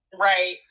right